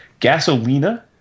Gasolina